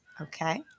Okay